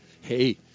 Hey